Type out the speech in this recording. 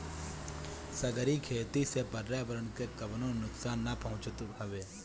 सागरी खेती से पर्यावरण के कवनो नुकसान ना पहुँचत हवे